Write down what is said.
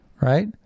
right